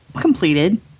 completed